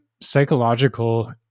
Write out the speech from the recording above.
psychological